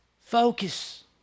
Focus